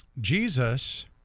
Jesus